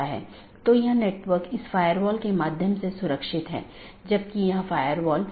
हम बताने की कोशिश कर रहे हैं कि राउटिंग प्रोटोकॉल की एक श्रेणी इंटीरियर गेटवे प्रोटोकॉल है